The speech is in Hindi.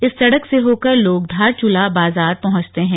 इस सड़क से होकर लोग धारचुला बजार पहुंचते हैं